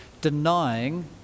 denying